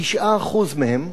כ-9% מהם,